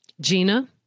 Gina